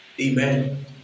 Amen